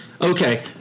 Okay